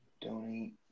donate